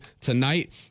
tonight